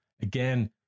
Again